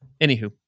anywho